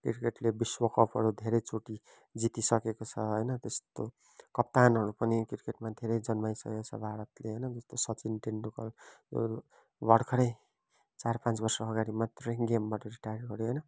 क्रिकेटले विश्वकपहरू धेरैचोटि जितिसकेको छ होइन त्यस्तो कप्तानहरू पनि धेरै जन्माइसकेको छ भारतले होइन जस्तै सचिन टेन्दुलकर ऊ भर्खरै चार पाँच बर्ष अगाडि मात्रै गेमबाट रिटायर गऱ्यो होइन